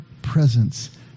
Presence